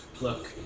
Look